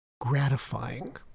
gratifying